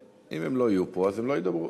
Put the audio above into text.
אם הם לא יהיו פה הם לא ידברו.